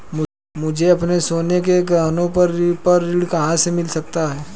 मुझे अपने सोने के गहनों पर ऋण कहां से मिल सकता है?